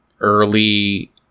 early